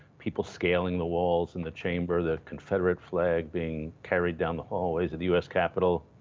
people scaling the walls in the chamber, the confederate flag being carried down the hallways of the u s. capitol.